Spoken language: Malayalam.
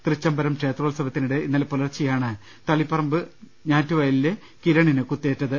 തൃച്ചംബരം ക്ഷേത്രോ ത്സവത്തിനിടെ ഇന്നലെ പുലർച്ചെയാണ് തളിപ്പറമ്പ് ഞാറ്റുവയലിലെ കിരണിന് കുത്തേറ്റത്